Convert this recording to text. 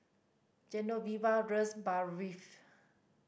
Genoveva Barfi